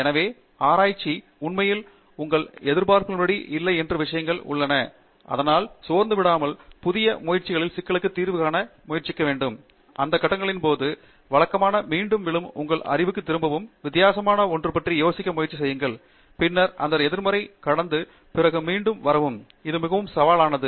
எனவே ஆராய்ச்சி எங்காவது நீங்கள் உண்மையில் உங்கள் எதிர்பார்ப்புகளை படி இல்லை என்று விஷயங்கள் உள்ளன என்று கண்டுபிடிக்கும் மற்றும் நான் கண்டுபிடிக்கப்பட்டது எங்கே உண்மையில் கடந்து முடியும் மாணவர்கள் சில அந்த கட்டங்களில் போது வழக்கமான மீண்டும் விழும் உங்கள் அறிவுக்குத் திரும்பவும் வித்தியாசமான ஒன்றைப் பற்றி யோசிக்க முயற்சி செய்யுங்கள் பின்னர் அந்த எதிர்மறையை கடந்து பிறகு மீண்டும் வரவும் அதனால் பெரிய ஆவிதான் அது மிகவும் சவாலானது